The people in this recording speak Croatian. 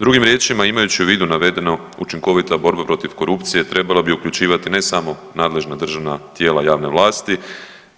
Drugim riječima, imajući u vidu navedeno učinkovita borba protiv korupcije trebala bi uključivati ne samo nadležna državna tijela javne vlasti